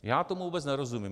Já tomu vůbec nerozumím.